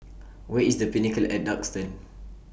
Where IS The Pinnacle At Duxton